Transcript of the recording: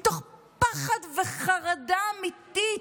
מתוך פחד וחרדה אמיתית,